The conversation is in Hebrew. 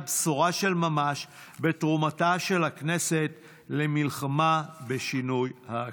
בשורה של ממש בתרומתה של הכנסת למלחמה בשינוי האקלים.